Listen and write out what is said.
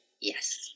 Yes